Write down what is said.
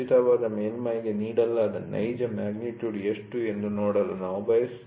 ರಚಿತವಾದ ಮೇಲ್ಮೈ'ಗೆ ನೀಡಲಾದ ನೈಜ ಮ್ಯಾಗ್ನಿಟ್ಯೂಡ್ ಎಷ್ಟು ಎಂದು ನಾವು ನೋಡಲು ಬಯಸುತ್ತೇವೆ